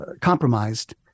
compromised